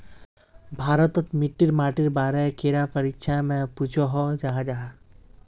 भारत तोत मिट्टी माटिर बारे कैडा परीक्षा में पुछोहो जाहा जाहा?